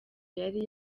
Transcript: yari